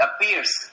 appears